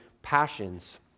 Passions